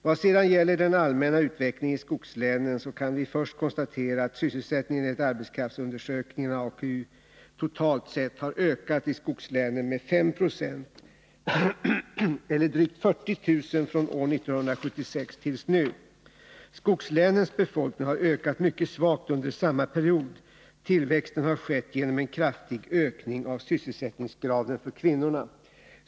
Vad sedan gäller den allmänna utvecklingen i skogslänen så kan vi först konstatera att sysselsättningen enligt arbetskraftsundersökningarna totalt sett har ökat i skogslänen med 5 96 eller drygt 40 000 från år 1976 tills nu. Skogslänens befolkning har ökat mycket svagt under samma period. Tillväxten har skett genom en kraftig ökning av sysselsättningsgraden för kvinnorna.